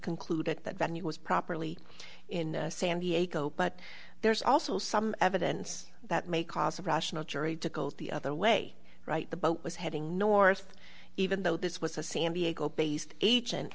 concluded that venue was properly in san diego but there's also some evidence that may cause a rational jury to go the other way right the boat was heading north even though this was a san diego based agent